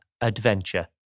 adventure